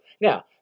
Now